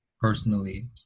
personally